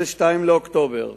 ב-22 באוקטובר